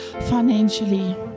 financially